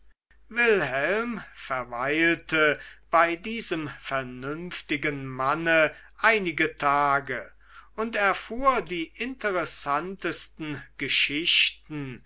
wilhelm verweilte bei diesem vernünftigen manne einige tage und erfuhr die interessantesten geschichten